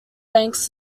thanks